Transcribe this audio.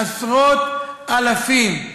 עשרות-אלפים.